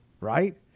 right